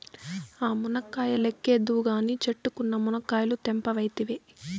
ఆ మునక్కాయ లెక్కేద్దువు కానీ, చెట్టుకున్న మునకాయలు తెంపవైతివే